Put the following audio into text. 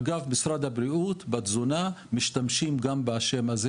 אגב גם משרד הבריאות בתזונה משתמשים בשם הזה,